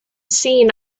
seen